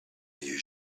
you